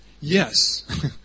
Yes